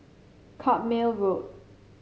Carpmael Road